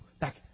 back